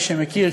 מי שמכיר,